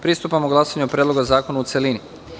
Pristupamo glasanju o Predlogu zakona u celini.